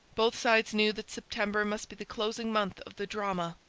both sides knew that september must be the closing month of the drama,